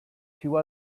two